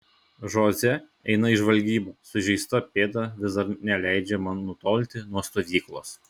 žoze eina į žvalgybą sužeista pėda vis dar neleidžia man nutolti nuo stovyklos